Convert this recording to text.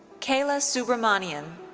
kalya subramanian.